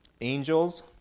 Angels